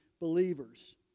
believers